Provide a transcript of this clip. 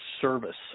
service